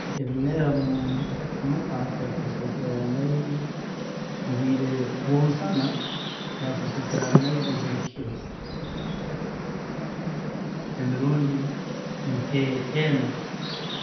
﻿Ebimera mu- muka nkira kubiseesera amaizi, mubwiire bwomusana nkira kubiseesera amaizi buri kiro emirundi nk'ena